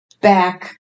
back